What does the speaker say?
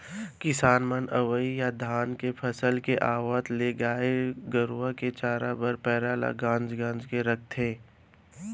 किसान मन अवइ या धान के फसल के आवत ले गाय गरूवा के चारा बस पैरा ल गांज गांज के रखथें